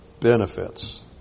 benefits